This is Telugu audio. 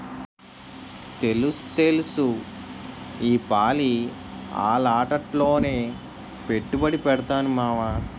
తెలుస్తెలుసు ఈపాలి అలాటాట్లోనే పెట్టుబడి పెడతాను మావా